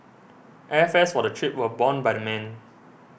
airfares for the trip were borne by the men